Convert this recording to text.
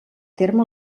terme